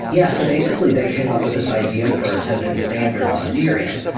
yeah. so, basically, they came up with this idea for a token standard on ethereum,